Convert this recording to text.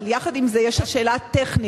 אבל יחד עם זה, יש לי שאלה טכנית.